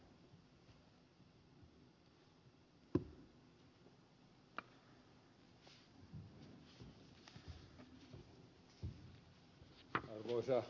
arvoisa puhemies